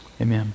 Amen